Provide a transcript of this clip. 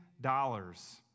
dollars